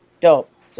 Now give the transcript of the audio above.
Dope